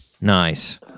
nice